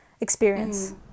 experience